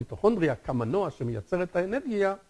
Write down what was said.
מיטוכונדריה כמנוע שמייצר את האנרגיה...